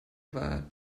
war